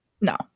No